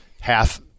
half